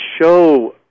show